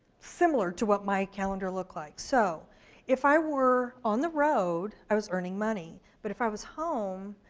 similar to what my calendar looked like. so if i were on the road, i was earning money. but if i was home,